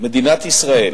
מדינת ישראל